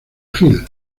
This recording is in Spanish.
gil